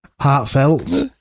Heartfelt